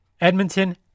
Edmonton